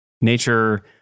nature